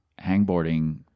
hangboarding